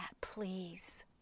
please